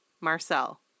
Marcel